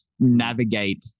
navigate